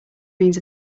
means